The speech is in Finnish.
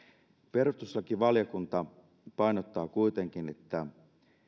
perustuslakivaliokunta painottaa kuitenkin että